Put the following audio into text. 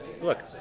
look